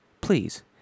Please